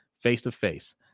face-to-face